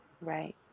Right